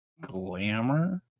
glamour